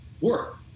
work